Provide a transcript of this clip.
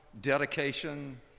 dedication